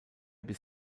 bis